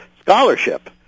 scholarship